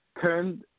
turned